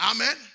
Amen